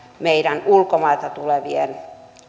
meidän ulkomailta tulevien